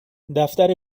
دفتر